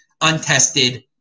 untested